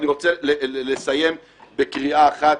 ואני רוצה לסיים בקריאה אחת.